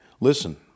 listen